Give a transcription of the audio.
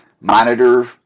monitor